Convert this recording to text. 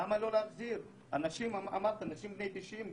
דיברת על אנשים בני 90,